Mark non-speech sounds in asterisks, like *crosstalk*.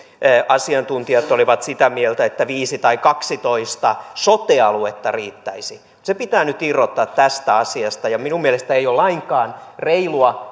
asiantuntijat olivat sitä mieltä että viisi tai kaksitoista sote aluetta riittäisi mutta se pitää nyt irrottaa tästä asiasta minun mielestäni ei ole lainkaan reilua *unintelligible*